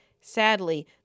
Sadly